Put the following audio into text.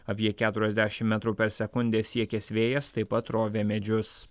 apie keturiasdešim metrų per sekundę siekęs vėjas taip pat rovė medžius